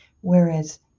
whereas